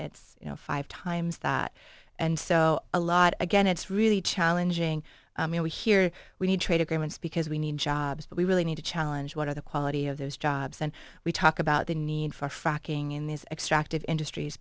it's you know five times that and so a lot again it's really challenging you know here we need trade agreements because we need jobs but we really need to challenge what are the quality of those jobs and we talk about the need for